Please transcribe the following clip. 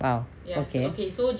!wow! okay